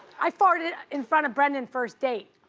i farted in front of brendan, first date.